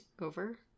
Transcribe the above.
over